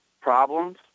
problems